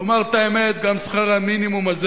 לומר את האמת, גם שכר המינימום הזה